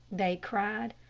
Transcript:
they cried.